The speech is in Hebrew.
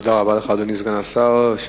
אדוני סגן השר, תודה רבה לך.